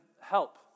help